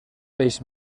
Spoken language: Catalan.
peix